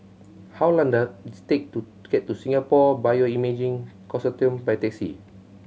how long does take to get to Singapore Bioimaging Consortium by taxi